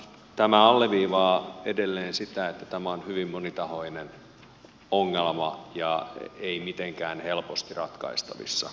tämä alleviivaa edelleen sitä että tämä on hyvin monitahoinen ongelma eikä mitenkään helposti ratkaistavissa